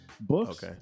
Books